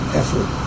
effort